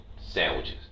sandwiches